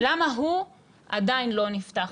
למה הוא עדיין לא נפתח.